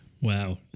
Wow